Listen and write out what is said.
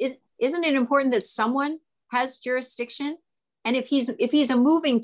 it isn't it important that someone has jurisdiction and if he's if he's a moving